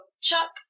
Chuck